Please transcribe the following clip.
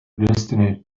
destiny